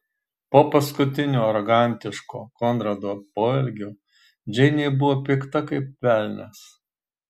po paskutinio arogantiško konrado poelgio džeinė buvo pikta kaip velnias